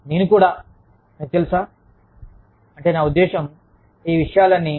నేను కూడా మీకు తెలుసా అంటే నా ఉద్దేశ్యం ఈ విషయాలన్నీ